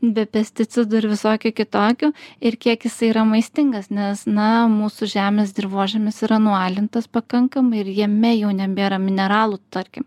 be pesticidų ir visokių kitokių ir kiek jisai yra maistingas nes na mūsų žemės dirvožemis yra nualintas pakankamai ir jame jau nebėra mineralų tarkim